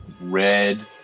red